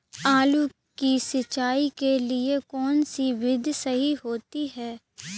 आलू की सिंचाई के लिए कौन सी विधि सही होती है?